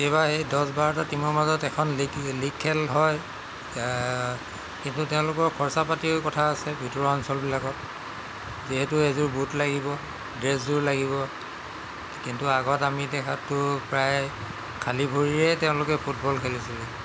এইবাৰ এই দহ বাৰটা টিমৰ মাজত এখন লীগ লীগ খেল হয় কিন্তু তেওঁলোকৰ খৰচা পাতিও কথা আছে ভিতৰুৱা অঞ্চলবিলাকত যিহেতু এযোৰ বুট লাগিব ড্ৰেছযোৰ লাগিব কিন্তু আগত আমি দেখাততো প্ৰায় খালী ভৰিৰে তেওঁলোকে ফুটবল খেলিছিলে